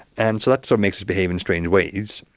and so that so makes us behave in strange ways.